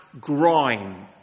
grime